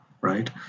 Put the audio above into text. right